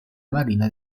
marina